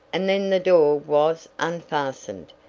and then the door was unfastened.